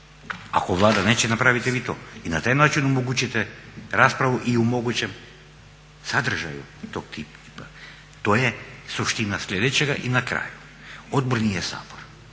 ako Vlada neće napravite vi to i na taj način omogućite raspravi i u mogućem sadržaju tog tipa. To je suština slijedećega, i na kraju odbor nije Sabor.